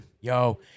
Yo